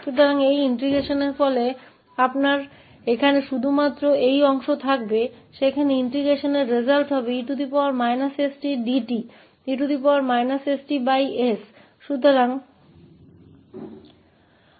तो e stdt e sT s के इस एकीकरण के परिणामस्वरूप आपके पास केवल यही भाग होगा